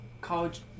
college